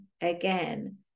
again